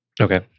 Okay